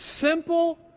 simple